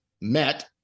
met